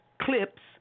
clips